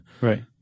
right